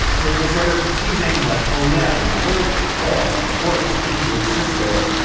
which was sort of teasing like, oh, yeah, i remember leah has the force. she's luke's sister,